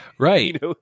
right